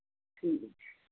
ठीक